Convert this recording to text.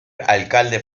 alcalde